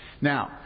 now